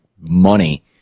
money